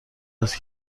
است